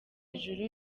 ijuru